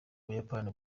buyapani